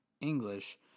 English